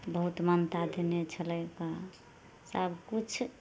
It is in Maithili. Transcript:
बहुत मान्यता देने छलै गऽ सब किछु